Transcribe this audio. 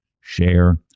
share